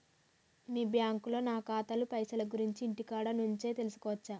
మీ బ్యాంకులో నా ఖాతాల పైసల గురించి ఇంటికాడ నుంచే తెలుసుకోవచ్చా?